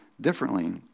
differently